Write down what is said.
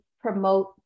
promote